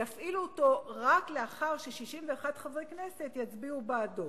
יפעילו אותו רק לאחר ש-61 חברי כנסת יצביעו בעדו.